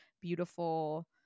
beautiful